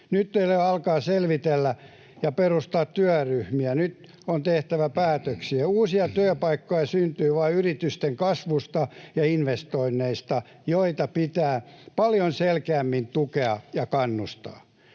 Nyt ei ole aikaa selvitellä ja perustaa työryhmiä. Nyt on tehtävä päätöksiä. Uusia työpaikkoja syntyy vain yritysten kasvusta ja investoinneista, joita pitää paljon selkeämmin tukea ja kannustaa.